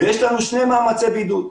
יש לנו שני מאמצי בידוד: